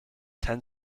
ten